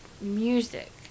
music